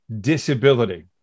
disability